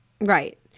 Right